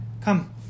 Come